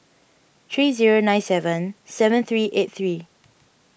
three zero nine seven seven three eight three